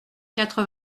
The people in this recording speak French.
quatre